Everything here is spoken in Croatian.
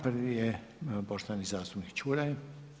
Prvi je poštovani zastupnik Čuraj.